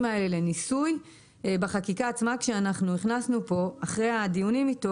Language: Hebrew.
לניסוי בחקיקה עצמה כשאנחנו הכנסנו פה אחרי הדיונים איתו